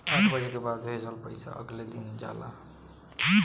आठ बजे के बाद भेजल पइसा अगले दिन जाला